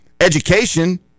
education